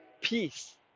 peace